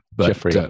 Jeffrey